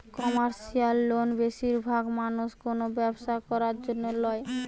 commercial loan বেশিরভাগ মানুষ কোনো ব্যবসা করার জন্য ল্যায়